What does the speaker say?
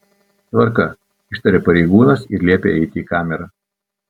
tvarka ištaria pareigūnas ir liepia eiti į kamerą